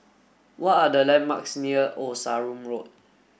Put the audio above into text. what are the landmarks near Old Sarum Road